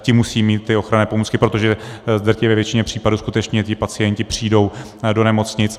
Ti musejí mít ochranné pomůcky, protože v drtivé většině případů skutečně pacienti přijdou do nemocnic.